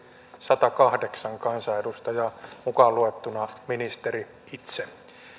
satakahdeksan kansanedustajaa mukaan luettuna ministeri itse